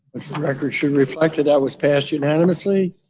record should reflect that was passed unanimously.